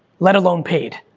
let alone paid,